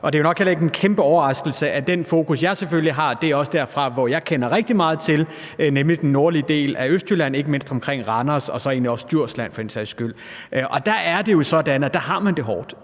Det er nok heller ikke en kæmpe overraskelse, at mit fokus selvfølgelig er på det, som jeg kender rigtig meget til, nemlig den nordlige del af Østjylland, ikke mindst omkring Randers og så også Djursland for den sags skyld. Og der er det sådan, at der har man det hårdt.